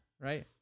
Right